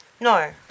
No